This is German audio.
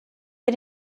wir